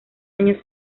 año